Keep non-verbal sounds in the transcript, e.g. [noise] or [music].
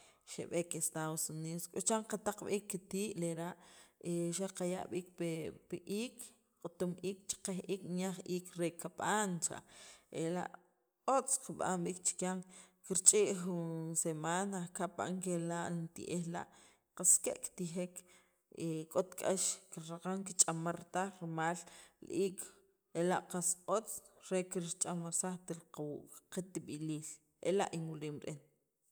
xeb'eek estados Unidos k'o chiran qataq b'iik kitii' lera' xa' qaya' b'iik pi iik q'utum iik cheqe'j iik nik'yaj re kob'an cha ela' otz kab'an b''ik chikyan kikch'i' jun semana kapan kela' jun ti'ej la' qas ke' kitijek [hesitation] k'ot k'ax kiraqan kich'amar taj rimal iik ela' qas otz re kirch'amarsajt li qa li qatib'iliil ela' inwilim re'en.